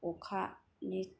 अखानि